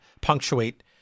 punctuate